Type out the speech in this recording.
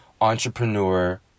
entrepreneur